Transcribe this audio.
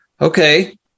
okay